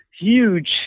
huge